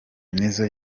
nizzo